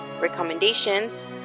recommendations